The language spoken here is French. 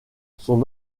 son